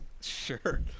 Sure